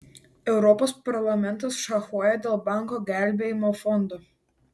europos parlamentas šachuoja dėl bankų gelbėjimo fondo